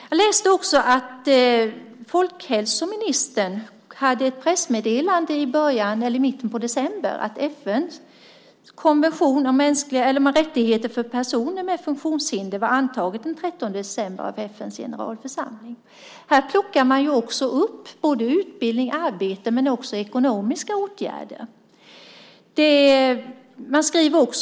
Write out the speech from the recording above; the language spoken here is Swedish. Jag läste folkhälsoministerns pressmeddelande i mitten av december där det sades att FN:s konvention om rättigheter för personer med funktionshinder antagits av generalförsamlingen den 13 december. Där tar man upp både utbildning och arbete men även ekonomiska åtgärder.